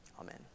Amen